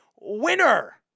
winner